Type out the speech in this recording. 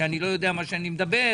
שאני לא יודע מה אני מדבר,